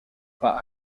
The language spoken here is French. pas